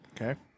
Okay